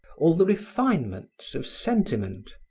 all the refinements of sentiment.